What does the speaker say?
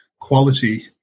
quality